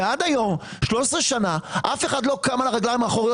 עד היום 13 שנה אף אחד לא קם על הרגליים האחוריות